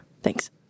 Thanks